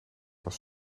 was